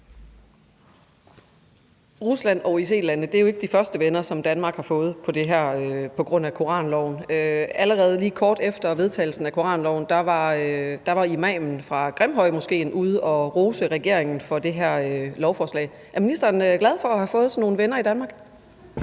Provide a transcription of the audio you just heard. Rusland og OIC-landene er jo ikke de første venner, som Danmark har fået på grund af koranloven. Allerede kort efter vedtagelsen af koranloven var imamen fra Grimhøjmoskéen ude at rose regeringen for det lovforslag. Er ministeren glad for at have fået sådan nogle venner i Danmark?